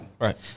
Right